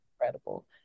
incredible